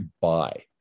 buy